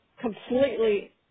completely